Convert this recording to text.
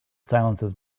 silences